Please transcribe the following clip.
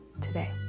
today